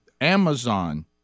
Amazon